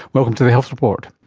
welcome to the health report.